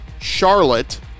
Charlotte